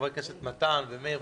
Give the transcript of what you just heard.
חברי הכנסת מתן ומאיר